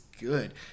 good